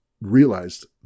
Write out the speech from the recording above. realized